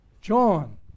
John